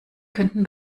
könnten